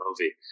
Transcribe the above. movie